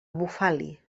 bufali